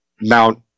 mount